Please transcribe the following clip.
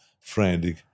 frantic